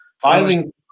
Filing